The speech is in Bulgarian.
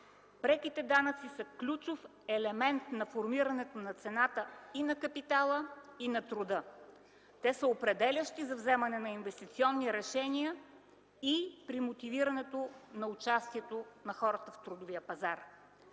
Преките данъци са ключов елемент на формирането на цената и на капитала, и на труда. Те са определящи за вземането на инвестиционни решения и при мотивирането на участието на хората в трудовия пазар.